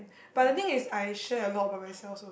but the thing is I share a lot about myself also